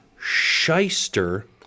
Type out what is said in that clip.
shyster